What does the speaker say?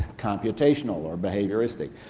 computational, or behaviouristic?